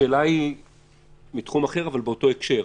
השאלה היא מתחום אחר אבל באותו הקשר.